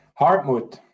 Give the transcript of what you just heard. Hartmut